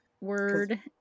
word